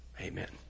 amen